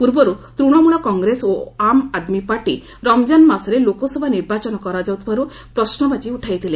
ପୂର୍ବରୁ ତ୍ଦଶମୂଳ କଂଗ୍ରେସ ଓ ଆମ୍ ଆଦ୍ମୀ ପାର୍ଟି ରମଜାନ ମାସରେ ଲୋକସଭା ନିର୍ବାଚନ କରାଯାଉଥିବାରୁ ପ୍ରଶ୍ନବାଚୀ ଉଠାଇଥିଲେ